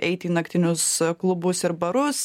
eiti į naktinius klubus ir barus